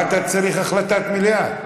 מה אתה צריך החלטת מליאה?